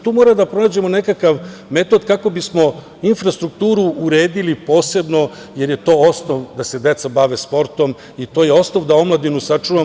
Tu moramo da pronađemo nekakav metod kako bismo infrastrukturu uredili posebno jer je to osnov da se deca bave sportom i to je osnov da omladinu sačuvamo.